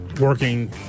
working